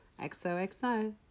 XOXO